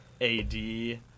AD